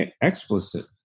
explicit